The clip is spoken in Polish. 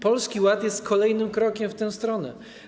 Polski Ład jest kolejnym krokiem w tę stronę.